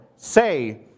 say